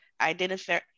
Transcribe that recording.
identify